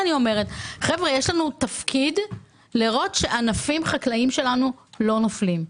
יש לנו תפקיד לראות שענפים חקלאיים שלנו לא נופלים.